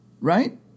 right